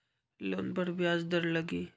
Loan पर ब्याज दर लगी?